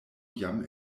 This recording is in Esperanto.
jam